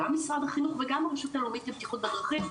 גם משרד החינוך וגם הרשות הלאומית לבטיחות בדרכים,